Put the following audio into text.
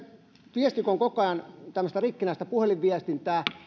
viesti on koko ajan tämmöistä rikkinäinen puhelin viestintää